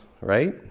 right